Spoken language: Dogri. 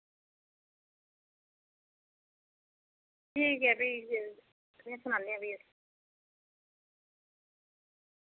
ठीक ऐ फ्ही तुसें सनानेआं फ्ही